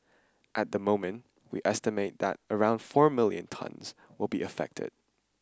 at the moment we estimate that around four million tonnes will be affected